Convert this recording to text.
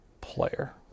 player